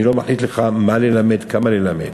אני לא מחליט לך מה ללמד, כמה ללמד.